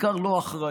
ובעיקר לא אחראי.